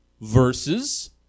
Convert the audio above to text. versus